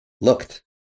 looked